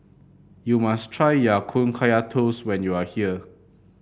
you must try Ya Kun Kaya Toast when you are here